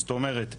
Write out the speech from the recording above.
זאת אומרת,